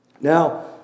Now